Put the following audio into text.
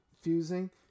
fusing